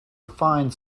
refined